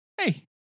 Hey